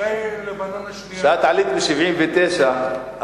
כשאת עלית ב-79',